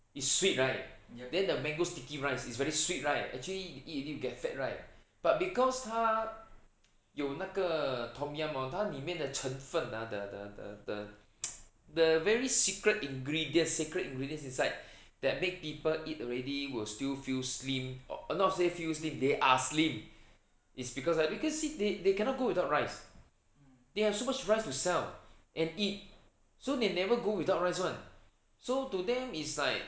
is sweet right then the mango sticky rice is very sweet right actually you eat already you get fat right but because 它有那个 tom yam hor 它里面的成分 ha the the the the the very secret ingredient secret ingredients inside that make people eat already will still feel slim o~ not say feel slim they are slim it's because ah because see they they cannot go without rice they have so much rice to sell and eat so they never go without rice [one] so to them is like